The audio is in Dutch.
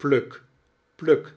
pluck pluck